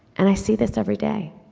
and i see this everyday,